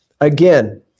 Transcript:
Again